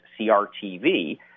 CRTV